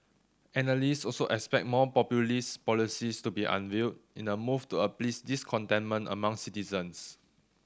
analysts also expect more populist policies to be unveiled in a move to appease discontentment among citizens